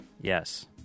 yes